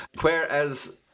Whereas